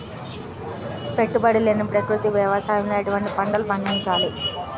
పెట్టుబడి లేని ప్రకృతి వ్యవసాయంలో ఎటువంటి పంటలు పండించాలి?